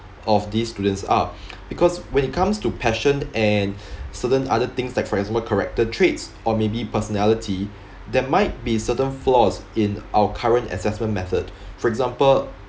of these students are because when it comes to passion and certain other things like for example character traits or maybe personality there might be certain flaws in our current assessment method for example